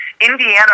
Indiana